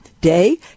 Day